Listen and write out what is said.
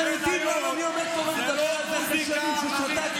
אתם יודעים למה אני עומד פה ומדבר על זה אחרי שנים ששתקתי?